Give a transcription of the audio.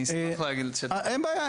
אני אשמח --- אין בעיה.